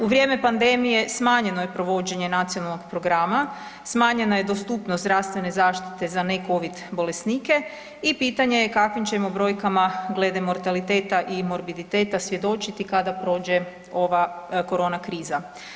U vrijeme pandemije smanjeno je provođenje nacionalnog programa, smanjena je dostupnost zdravstvene zaštite za ne Covid bolesnike i pitanje je kakavim ćemo brojkama glede mortaliteta i morbiditeta svjedočiti kada prođe ova korona kriza.